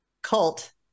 cult